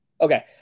Okay